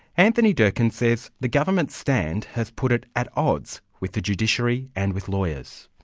anthony durkin says the government's stand has put it at odds with the judiciary and with lawyers.